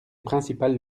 principales